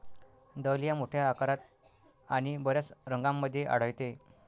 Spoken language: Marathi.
दहलिया मोठ्या आकारात आणि बर्याच रंगांमध्ये आढळते